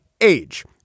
age